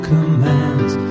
commands